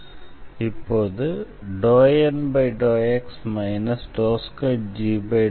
எனவே இப்போது இது ∂N∂x 2g∂x∂y